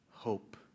hope